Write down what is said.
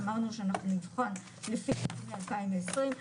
אמרנו שאנחנו נבחן לפי 2020,